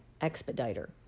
expediter